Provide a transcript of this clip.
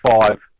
five